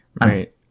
Right